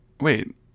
Wait